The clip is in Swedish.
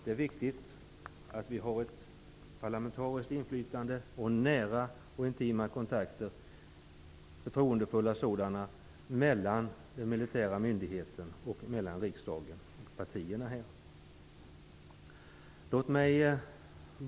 Det är viktigt med ett parlamentariskt inflytande och nära och intima förtroendefulla kontakter mellan den militära myndigheten och riksdagen och dess partier.